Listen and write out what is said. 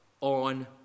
on